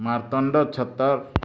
Martand Chhatar